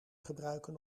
gebruiken